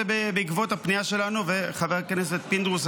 זה בעקבות הפנייה שלנו וחבר הכנסת פינדרוס,